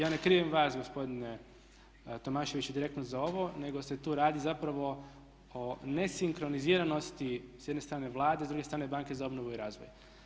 Ja ne krivim vas gospodine Tomaševiću direktno za ovo, nego se tu radi zapravo o nesinkroniziranosti s jedne strane Vlade, s druge strane banke za obnovu i razvoj.